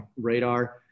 radar